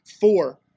Four